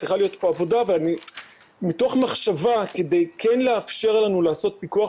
צריכה להיות פה עבודה ומתוך מחשבה כדי כן לאפשר לנו לעשות פיקוח